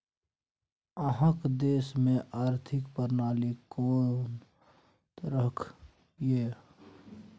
अहाँक देश मे आर्थिक प्रणाली कोन तरहक यै?